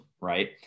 right